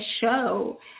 show